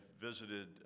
visited